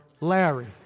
Larry